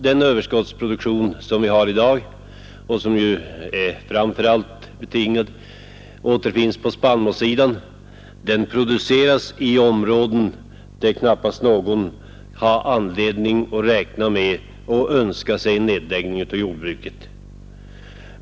Den överskottsproduktion vi har i dag framför allt på spannmålssidan kommer från områden, där knappast någon önskar en nedläggning av jordbruket.